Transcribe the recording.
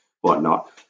whatnot